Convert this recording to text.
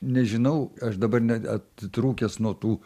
nežinau aš dabar ne atitrūkęs nuo tų